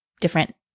different